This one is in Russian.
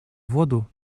воду